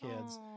kids